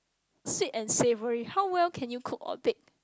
sweet and savoury how well can you cook or bake